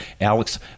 alex